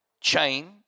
chain